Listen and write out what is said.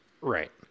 Right